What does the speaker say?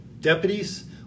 deputies